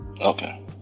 Okay